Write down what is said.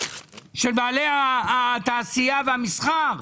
של בעלי התעשייה והמסחר.